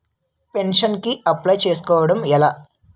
Pension కి apply చేసుకోవడం ఎలా?